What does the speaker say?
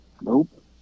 nope